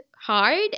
hard